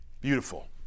Beautiful